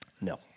No